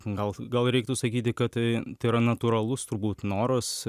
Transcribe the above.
gal gal reiktų sakyti kad tai tai yra natūralus turbūt noras